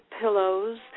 pillows